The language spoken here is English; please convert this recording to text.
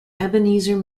ebenezer